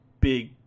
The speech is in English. big